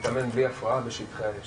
מזמין אתכם חברי הוועדה לביקור ביחידת 'מגן',